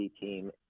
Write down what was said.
team